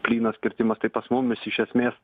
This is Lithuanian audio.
plynas kirtimas tai pas mumis iš esmės